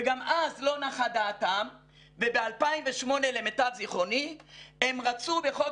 וגם אז לא נחה דעתם וב-2008 למיטב זכרוני הם רצו בחוק